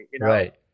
Right